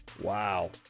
Wow